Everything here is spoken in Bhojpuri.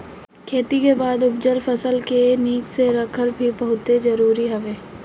खेती के बाद उपजल फसल के निक से रखल भी बहुते जरुरी हवे